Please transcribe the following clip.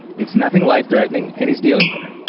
it's nothing life-threatening and he's dealing with it.